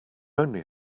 only